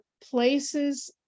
places